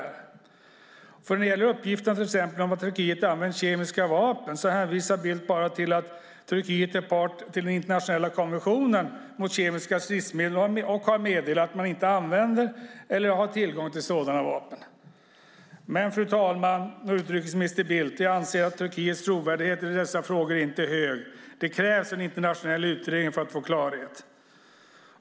När det gäller till exempel uppgifterna om att Turkiet har använt kemiska vapen hänvisar Bildt bara till att Turkiet är part i den internationella kommissionen mot kemiska stridsmedel och har meddelat att man inte använder eller har tillgång till sådana vapen. Men, fru talman och utrikesminister Bildt, jag anser att Turkiets trovärdighet i dessa frågor inte är hög. Det krävs en internationell utredning för att få klarhet.